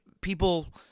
people